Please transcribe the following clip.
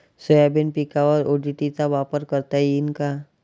Soybean पिकावर ODT चा वापर करता येईन का?